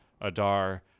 Adar